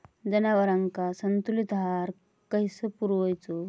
जनावरांका संतुलित आहार कसो पुरवायचो?